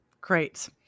Great